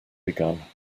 begun